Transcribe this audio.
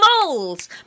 Moles